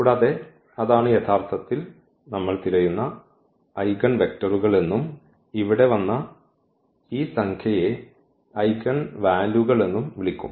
കൂടാതെ അതാണ് യഥാർത്ഥത്തിൽ നമ്മൾ തിരയുന്ന ഐഗൺവെക്ടറുകൾ എന്നും ഇവിടെ വന്ന ഈ സംഖ്യയെ ഐഗൺ വാല്യൂകൾ എന്നും വിളിക്കും